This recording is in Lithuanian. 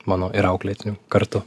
mano ir auklėtinių kartu